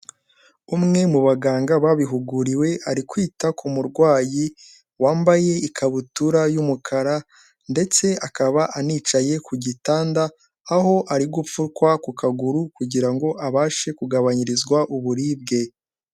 Umwe mu baganga babihuguriwe ari kwita ku murwayi wambaye ikabutura y'umukara ndetse akaba anicaye ku gitanda, aho ari gupfukwa ku kaguru kugira ngo abashe kugabanyirizwa uburibwe.